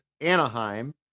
Anaheim